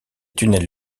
tunnels